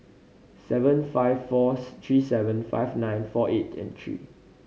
seven five four three seven five nine four eight and three